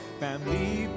family